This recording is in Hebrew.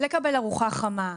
לקבל ארוחה חמה,